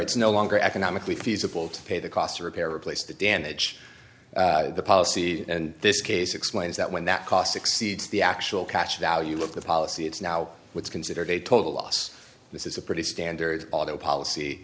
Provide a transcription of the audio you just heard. it's no longer economically feasible to pay the cost to repair or replace the damage policy and this case explains that when that cost exceeds the actual cash value look at policy it's now what's considered a total loss this is a pretty standard although policy